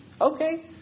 Okay